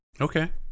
Okay